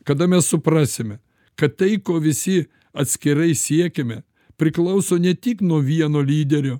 kada mes suprasime kad tai ko visi atskirai siekiame priklauso ne tik nuo vieno lyderio